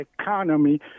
economy